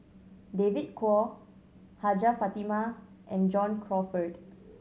David Kwo Hajjah Fatimah and John Crawfurd